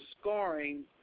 scarring